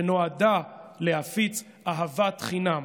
שנועדה להפיץ אהבת חינם,